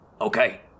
Okay